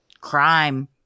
crime